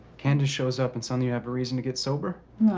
candace shows up, and suddenly you have a reason to get sober?